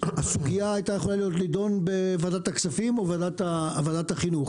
הסוגיה היתה יכולה להידון בוועדת הכספים או בוועדת החינוך,